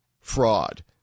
fraud